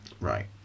right